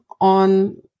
on